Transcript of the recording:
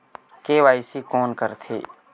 KYC कोन करथे?